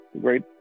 great